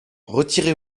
retirez